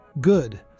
good